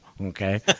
okay